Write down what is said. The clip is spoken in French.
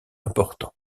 importants